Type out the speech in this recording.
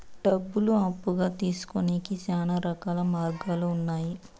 డబ్బులు అప్పుగా తీసుకొనేకి శ్యానా రకాల మార్గాలు ఉన్నాయి